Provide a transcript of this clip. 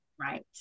Right